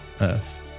Earth